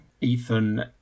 Ethan